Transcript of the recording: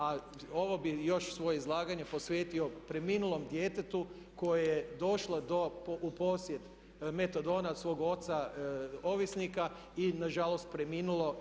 A ovo bih svoje izlaganje posvetio preminulom djetetu koje je došlo u posjed metadona od svog oca ovisnika i nažalost preminulo.